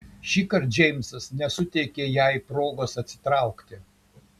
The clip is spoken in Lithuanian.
šįkart džeimsas nesuteikė jai progos atsitraukti